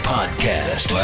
Podcast